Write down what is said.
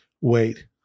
Wait